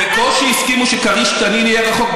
בקושי הסכימו שכריש-תנין יהיה רחוק.